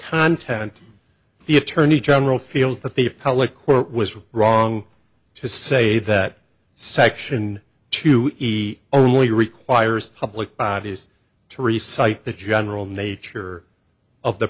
content the attorney general feels that the appellate court was wrong to say that section two easy only requires public bodies to recites the general nature of the